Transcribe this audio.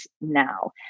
now